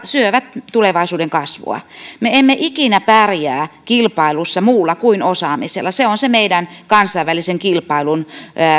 syövät tulevaisuuden kasvua me emme ikinä pärjää kilpailussa muulla kuin osaamisella se on se meidän kansainvälisen kilpailun